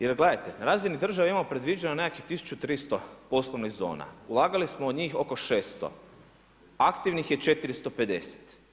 Jer gledajte na razini države imamo predviđeno nekakvih tisuću 300 poslovnih zona, ulagali smo u njih oko 600, aktivnih je 450.